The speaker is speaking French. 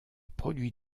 produit